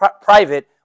private